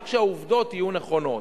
רק שהעובדות יהיו נכונות.